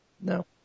No